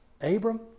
Abram